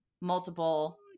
multiple